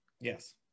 yes